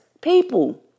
people